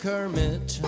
Kermit